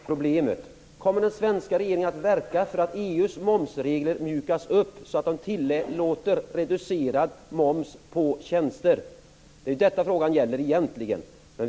Fru talman! Det är momsreglerna som är problemet. Kommer den svenska regeringen att verka för att EU:s momsregler mjukas upp så att reducerad moms på tjänster tillåts? Det är detta frågan gäller egentligen.